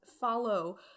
follow